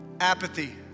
apathy